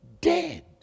dead